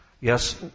Yes